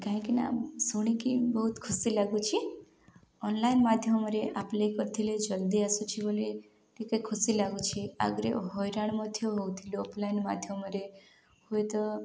କାହିଁକିନା ଶୁଣିକି ବହୁତ ଖୁସି ଲାଗୁଛି ଅନଲାଇନ୍ ମାଧ୍ୟମରେ ଆପ୍ଲଏ କରିଥିଲେ ଜଲ୍ଦି ଆସୁଛି ବୋଲି ଟିକେ ଖୁସି ଲାଗୁଛି ଆଗରେ ହଇରାଣ ମଧ୍ୟ ହେଉଥିଲୁ ଅଫଲାଇନ୍ ମାଧ୍ୟମରେ ହୁଏତ